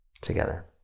together